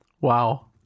Wow